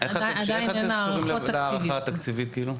עדיין אין הערכות תקציביות.